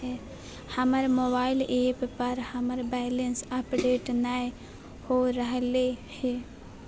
हमर mobile app पर हमर बैलेंस अपडेट नय हो रहलय हें